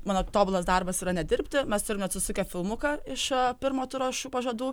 mano tobulas darbas yra nedirbti mes turime atsisukę filmuką iš pirmo turo šių pažadų